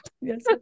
Yes